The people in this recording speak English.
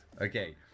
okay